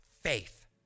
faith